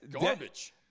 Garbage